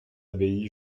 abbaye